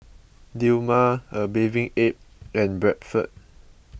Dilmah A Bathing Ape and Bradford